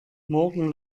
morgen